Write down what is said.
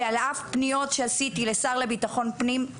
ועל אף פניות שפניתי לשר לביטחון פנים,